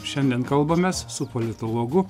šiandien kalbamės su politologu